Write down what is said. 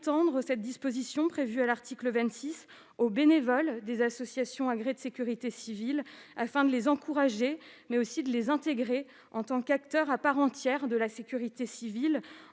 la disposition prévue à l'article 26 aux bénévoles des associations agréées de sécurité civile afin de les encourager et de les intégrer en tant qu'acteurs à part entière de la sécurité civile, en